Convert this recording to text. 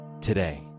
today